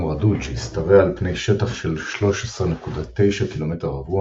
רדוד שהשתרע על פני שטח של 13.9 קמ"ר,